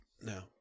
no